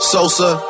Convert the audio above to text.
Sosa